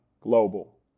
global